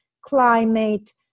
climate